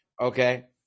Okay